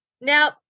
Now